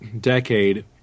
decade